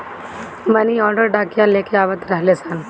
मनी order डाकिया लेके आवत रहने सन